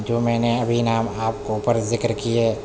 جو میں نے ابھی نام آپ کو اوپر ذکر کیے